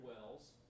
wells